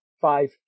five